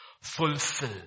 fulfill